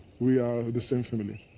we are the same family.